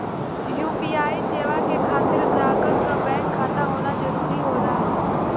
UPI सेवा के खातिर ग्राहकन क बैंक खाता होना जरुरी होला